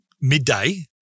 midday